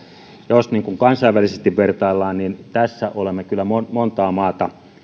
jos kansainvälisesti vertaillaan niin tässä olemme kyllä montaa maata